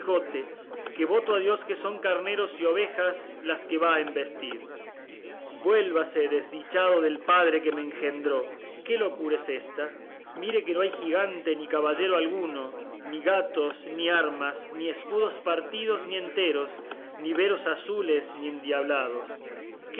que voto a dios que son carneros y ovejas las que va a embestir vuélvase desdichado del padre que me engendró qué locura es ésta mire que no hay gigante ni caballero alguno ni gatos ni armas ni escudos partidos ni enteros ni veros azules ni endiablados